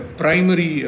primary